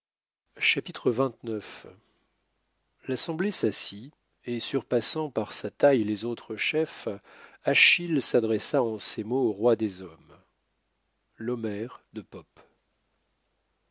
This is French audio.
l'assemblée s'assit et surpassant par sa taille les autres chefs achille s'adressa en ces mots au roi des hommes l'homère de pope